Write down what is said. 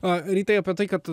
a rytai apie tai kad